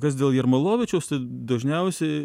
kas dėl jermalovičiaus dažniausiai